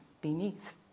beneath